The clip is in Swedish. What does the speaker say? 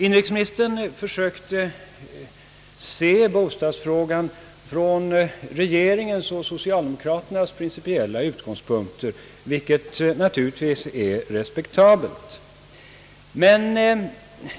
Inrikesministern försökte se bostadsfrågan från regeringens och socialdemokraternas principiella = utgångspunkter, vilket naturligtvis är respektabelt.